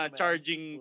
charging